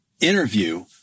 interview